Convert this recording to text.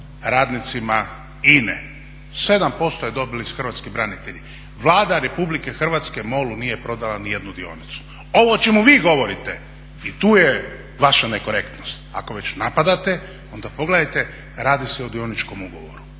radnicima INA-e, 7% su dobili hrvatski branitelji. Vlada Republike Hrvatske MOL-u nije prodala ni jednu dionicu. Ovo o čemu vi govorite i tu je vaša nekorektnost, ako već napadate onda pogledajte radi se o dioničkom ugovoru,